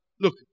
look